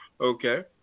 Okay